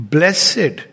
Blessed